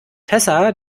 tessa